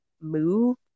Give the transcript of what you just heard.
move